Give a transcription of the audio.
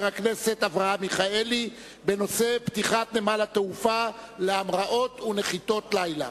הכנסת אברהם מיכאלי בנושא: פתיחת נמל התעופה להמראות ונחיתות לילה.